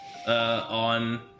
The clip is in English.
On